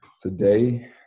Today